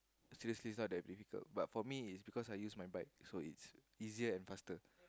seriously it sound that difficult but for me is because I use wipe my so it's easier and faster